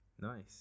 Nice